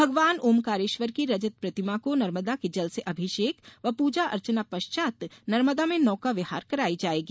भगवान ओम्कारेश्वर की रजत प्रतिमा को नर्मदा के जल से अभिषेक व प्रजन अर्चन पश्चात नर्मदा में नौका विहार कराई जाएगी